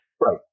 Right